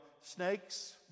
snakes